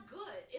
good